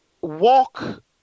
walk